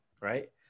right